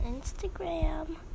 instagram